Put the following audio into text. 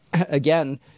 Again